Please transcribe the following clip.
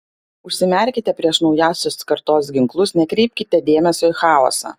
užsimerkite prieš naujausios kartos ginklus nekreipkite dėmesio į chaosą